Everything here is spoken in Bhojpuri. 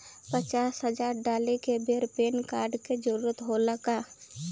पचास हजार डाले के बेर पैन कार्ड के जरूरत होला का?